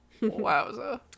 wowza